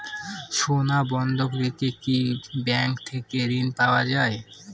সোনা বন্ধক রেখে কি ব্যাংক থেকে ঋণ পাওয়া য়ায়?